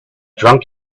drunk